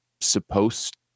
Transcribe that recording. supposed